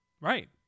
right